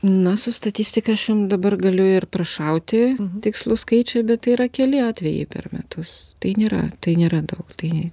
na su statistika aš jum dabar galiu ir prašauti tikslų skaičių bet tai yra keli atvejai per metus tai nėra tai nėra daug tai